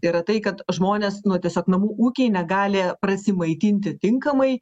yra tai kad žmonės nu tiesiog namų ūkiai negali prasimaitinti tinkamai